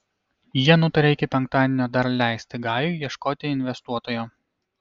jie nutarė iki penktadienio dar leisti gajui ieškoti investuotojo